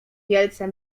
wielce